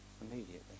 immediately